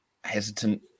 hesitant